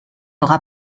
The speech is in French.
aura